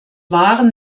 waren